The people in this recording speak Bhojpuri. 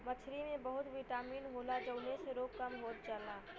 मछरी में बहुत बिटामिन होला जउने से रोग कम होत जाला